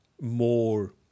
more